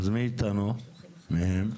אז מי איתנו מהם?